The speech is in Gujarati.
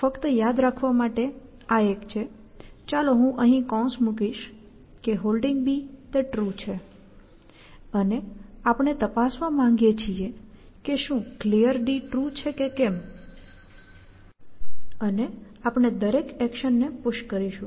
ફક્ત યાદ કરવા માટે આ એક છે ચાલો હું અહીં કૌંસ મૂકીશ કે Holding તે ટ્રુ છે અને આપણે તપાસવા માંગીએ છીએ કે શું Clear ટ્રુ છે કે કેમ અને આપણે દરેક વ્યક્તિગત એક્શનને પુશ કરીશું